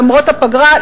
למרות הפגרה,